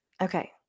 Okay